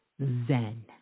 zen